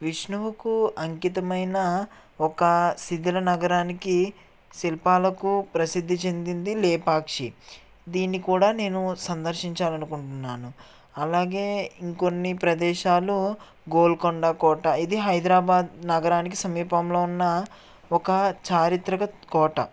విష్ణువుకు అంకితమైన ఒక శిథిల నగరానికి శిల్పాలకు ప్రసిద్ధి చెందింది లేపాక్షి దీన్ని కూడా నేను సందర్శించాలనుకుంటున్నాను అలాగే ఇంకొన్ని ప్రదేశాలు గోల్కొండ కోట ఇది హైదరాబాదు నగరానికి సమీపంలో ఉన్న ఒక చారిత్రక కోట